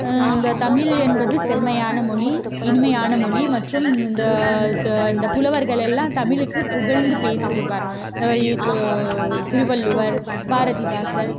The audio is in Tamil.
இந்த தமிழ் என்பது செம்மையான மொழி இனிமையான மொழி மற்றும் இந்த இந்த புலவர்கள் எல்லாம் தமிழுக்கு புகழ்ந்து பேசுவார் திருவள்ளுவர் பாரதிதாசன்